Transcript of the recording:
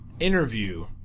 Interview